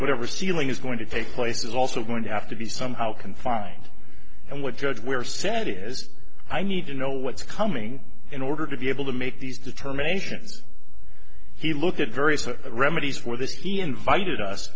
whatever sealing is going to take place is also going to have to be somehow confined and what judge we're sad is i need to know what's coming in order to be able to make these determinations he looked at various remedies for this he invited us